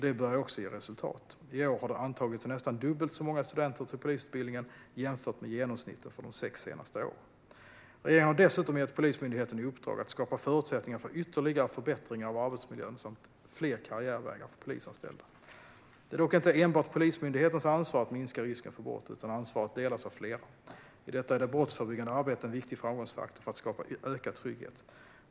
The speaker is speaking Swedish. Det börjar ge resultat. I år har det antagits nästan dubbelt så många studenter till polisutbildningen jämfört med genomsnittet för de sex senaste åren. Regeringen har dessutom gett Polismyndigheten i uppdrag att skapa förutsättningar för ytterligare förbättringar av arbetsmiljön samt fler karriärvägar för polisanställda. Det är dock inte enbart Polismyndighetens ansvar att minska risken för brott, utan ansvaret delas av flera. I detta är det brottsförebyggande arbetet en viktig framgångsfaktor för att skapa ökad trygghet.